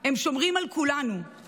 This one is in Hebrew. הם שומרים על כולנו,